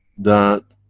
that